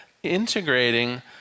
integrating